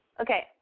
Okay